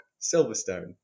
Silverstone